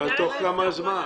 כמו שאמרת,